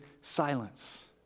silence